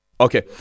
Okay